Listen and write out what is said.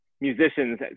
musicians